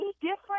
different